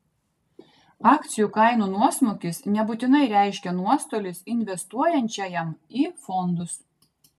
akcijų kainų nuosmukis nebūtinai reiškia nuostolius investuojančiajam į fondus